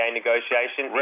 negotiation